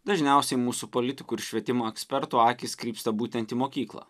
dažniausiai mūsų politikų ir švietimo ekspertų akys krypsta būtent į mokyklą